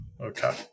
Okay